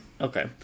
Okay